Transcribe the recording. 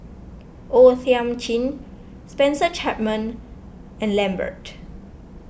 O Thiam Chin Spencer Chapman and Lambert